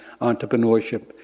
entrepreneurship